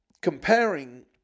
comparing